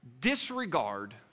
disregard